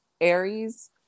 Aries